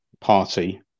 party